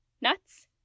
nuts